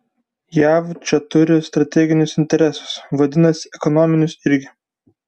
jav čia turi strateginius interesus vadinasi ekonominius irgi